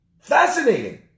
Fascinating